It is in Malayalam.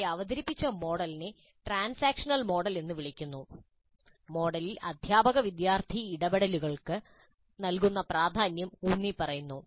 ഇവിടെ അവതരിപ്പിച്ച മോഡലിനെ ട്രാൻസാക്ഷണൽ മോഡൽ എന്ന് വിളിക്കുന്നു മോഡലിൽ അധ്യാപക വിദ്യാർത്ഥി ഇടപെടലുകൾക്ക് നൽകുന്ന പ്രാധാന്യം ഊന്നിപ്പറയുന്നു